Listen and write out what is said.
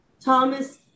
THOMAS